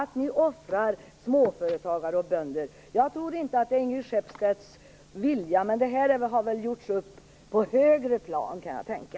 Ni offrar småföretagare och bönder. Jag tror inte att det är Ingrid Skeppstedts vilja, men det här har väl gjorts upp på högre plan kan jag tänka.